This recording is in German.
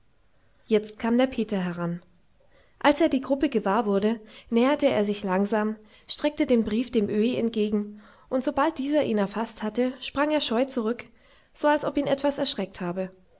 jetzt kam der peter heran als er die gruppe gewahr wurde näherte er sich langsam streckte den brief dem öhi entgegen und sobald dieser ihn erfaßt hatte sprang er scheu zurück so als ob ihn etwas erschreckt habe